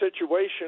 situation